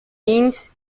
means